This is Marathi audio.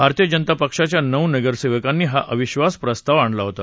भारतीय जनता पक्षाच्या नऊ नगरसेवकांनी हा अविबास प्रस्ताव आणला होता